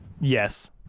yes